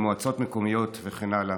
למועצות מקומיות וכן הלאה.